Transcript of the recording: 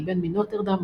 הגיבן מנוטרדם,